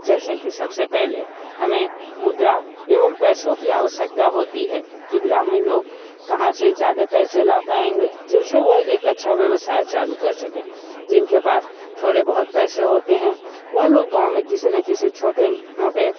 जैसे की सबसे पहले हमें मुद्रा एवं पैसों की आवश्कता होती है कि ग्रामीण लोग कहाँ से ज़्यादा पैसे ला पाएंगे जिनसे वो एक अच्छा व्यवसाय चालू कर सकें जिनके पास थोड़े बहुत पैसे होते हैं वो लोग गांव में किसी न किसी छोटे मोटे